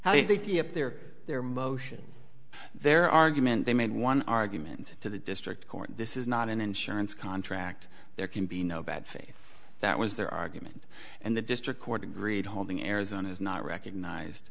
how do you think if their their motion their argument they made one argument to the district court this is not an insurance contract there can be no bad faith that was their argument and the district court agreed holding arizona's not recognized